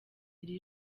iri